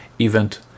event